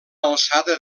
alçada